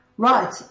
Right